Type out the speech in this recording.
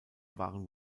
waren